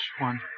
one